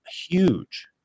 huge